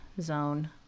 zone